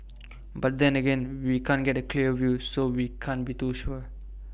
but then again we can't get A clear view so we can't be too sure